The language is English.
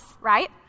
right